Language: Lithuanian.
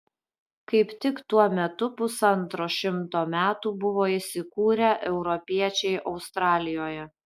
kaip tik tuo metu pusantro šimto metų buvo įsikūrę europiečiai australijoje